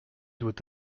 doit